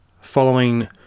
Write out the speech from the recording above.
Following